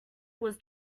was